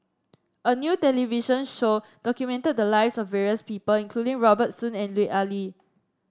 a new television show documented the lives of various people including Robert Soon and Lut Ali